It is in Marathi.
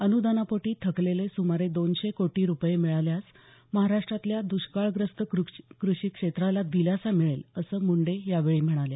अनुदानापोटी थकलेले सुमारे दोनशे कोटी रुपये मिळाल्यास महाराष्ट्रातल्या द्रष्काळग्रस्त कृषी क्षेत्राला दिलासा मिळेल असं मुंडे यावेळी म्हणाल्या